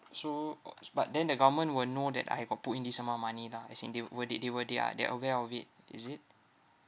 so oo but then the government will know that I have got put in this amount of money lah as in they were were they they were they are they're aware of it is it